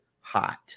hot